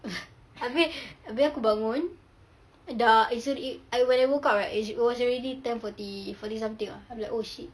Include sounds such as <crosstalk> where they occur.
<laughs> abeh abeh aku bangun da it's alre~ when I woke up right it was already ten forty forty something ah I'm like oh shit